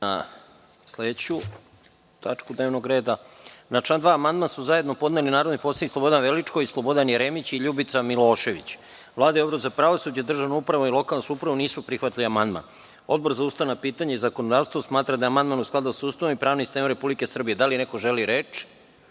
gospođo Radović. Na član 2. amandman su zajedno podneli narodni poslanici Slobodan Veličković, Slobodan Jeremić i Ljubica Milošević. Vlada i Odbor za pravosuđe, državnu upravu i lokalnu samoupravu nisu prihvatili amandman. Odbor za ustavna pitanja i zakonodavstvo smatra da je amandman u skladu sa Ustavom i pravnim sistemom Republike Srbije. Da li neko želi reč?